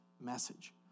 message